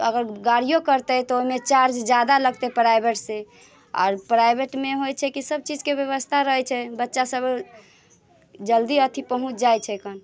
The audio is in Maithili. अगर गाड़ियो करतै तऽ ओहिमे चार्ज ज्यादा लगतै प्राइवेटसँ आ प्राइवेटमे होइत छै कि सभचीजके व्यवस्था रहैत छै बच्चासभ जल्दी अथी पहुँचि जाइत छैकन